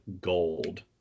gold